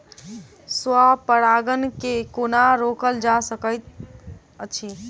स्व परागण केँ कोना रोकल जा सकैत अछि?